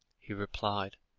he replied,